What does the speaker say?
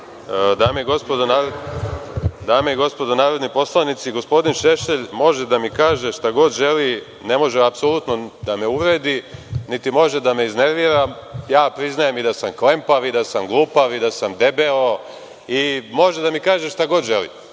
Dame i gospodo narodni poslanici, gospodin Šešelj može da mi kaže šta god želi, ne može apsolutno da me uvredi, niti može da me iznervira. Priznajem i da se klempav i da sam glupav, i da sam debeo i može da mi kaže šta god želi.